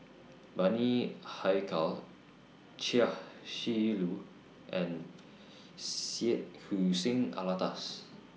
Bani Haykal Chia Shi Lu and Syed Hussein Alatas